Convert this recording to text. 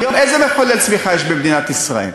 היום איזה מחולל צמיחה יש במדינת ישראל?